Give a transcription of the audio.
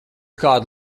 kādu